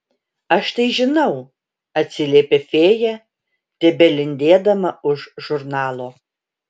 aš tai žinau atsiliepia fėja tebelindėdama už žurnalo